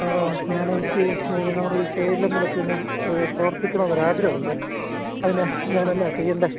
ആ ഞാൻ എനിക്ക് നമ്മുടെയീ കെ എൽ എമ്മിലൊക്കെയൊന്ന് പ്രവർത്തിക്കണമെന്ന് ഒരാഗ്രഹമുണ്ട് അതിന് ഞാനെന്നാണ് ചെയ്യേണ്ടത്